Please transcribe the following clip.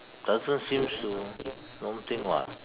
doesn't seems to normal thing [what]